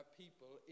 people